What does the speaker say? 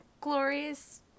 glorious